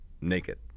Naked